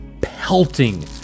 pelting